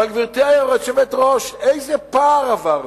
אבל, גברתי היושבת-ראש, איזה פער עברנו?